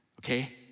okay